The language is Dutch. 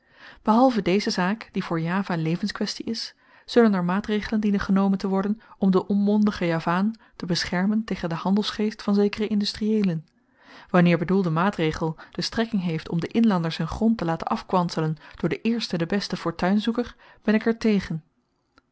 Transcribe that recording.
behalve deze zaak die voor java levenskwestie is zullen er maatregelen dienen genomen te worden om den onmondigen javaan te beschermen tegen den handelsgeest van zekere industrieelen wanneer bedoelde maatregel de strekking heeft om den inlander z'n grond te laten afkwanselen door den eersten den besten fortuinzoeker ben ik er tegen